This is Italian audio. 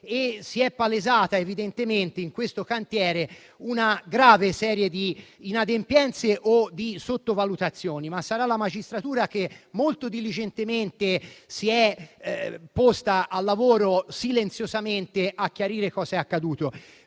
Si è palesata, evidentemente, in questo cantiere una grave serie di inadempienze o di sottovalutazioni, ma sarà la magistratura, che molto diligentemente si è posta al lavoro, silenziosamente, a chiarire cosa è accaduto.